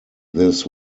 this